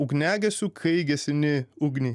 ugniagesiu kai gesini ugnį